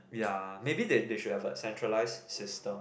ya maybe they they should have a centralized system